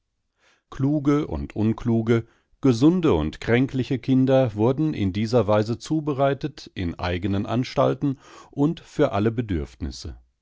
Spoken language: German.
kluge und unkluge gesunde und kränkliche kinder wurden in dieser weise zubereitet in eigenen anstalten und für alle bedürfnisse